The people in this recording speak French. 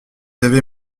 avez